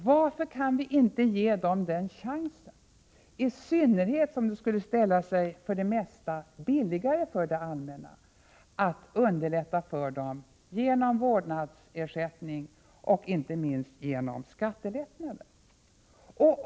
Varför kan vi inte ge dem den chansen, i synnerhet som det för det mesta skulle ställa sig billigare för det allmänna att underlätta för dem genom vårdnadsersättning, och inte minst genom skattelättnader?